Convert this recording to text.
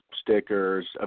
stickers